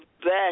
best